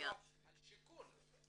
על שיכון?